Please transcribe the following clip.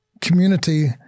community